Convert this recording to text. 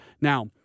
Now